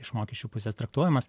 iš mokesčių pusės traktuojamas